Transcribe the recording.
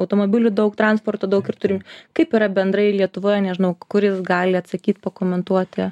automobilių daug transporto daug ir turim kaip yra bendrai lietuvoje nežinau kuris gali atsakyt pakomentuoti